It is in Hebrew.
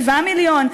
7 מיליון.